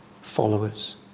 followers